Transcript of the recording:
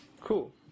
Cool